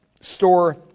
store